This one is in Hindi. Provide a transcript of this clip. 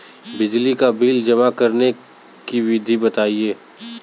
बिजली का बिल जमा करने की विधि बताइए?